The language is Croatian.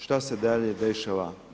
Što se dalje dešava?